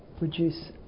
reduce